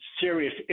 serious